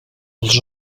els